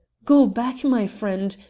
go back, my friend.